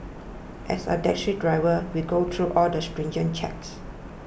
as a taxi driver we go through all the stringent checks